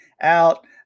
out